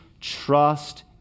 trust